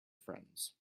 friends